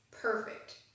perfect